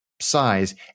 size